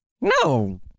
no